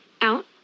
Out